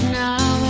now